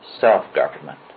self-government